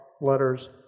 letters